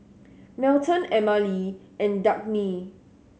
Melton Emmalee and Dagny